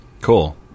Cool